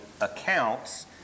accounts